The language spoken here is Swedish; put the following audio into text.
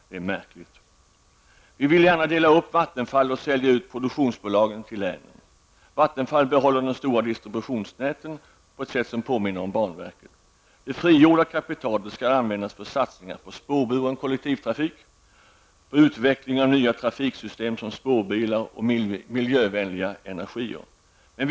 Det är märkligt. Vi vill gärna dela upp Vattenfall och sälja ut produktionsbolag till länen. Vattenfall behåller det stora distributionsnätet på ett sätt som påminner om banverket. Det frigjorda kapitalet skall användas för satsningar på spårburen kollektivtrafik och utveckling av nya trafiksystem som spårbilar och de miljövänliga energierna.